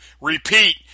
repeat